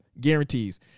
guarantees